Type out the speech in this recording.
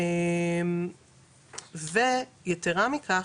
ויתרה מכך,